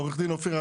עו"ד אופיר אלקלעי,